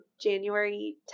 January